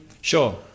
Sure